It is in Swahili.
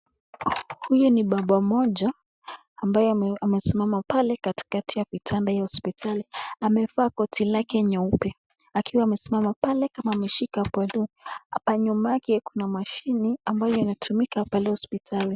Huyu baba mmoja ambaye amesimama pale katikati ya vitanda ya hospitali, amevaa koti lake nyeupe akiwa amesimama pale kama ameshika podoo . Hapa nyuma yake kuna mashini ambayo inatumika pale hospitali.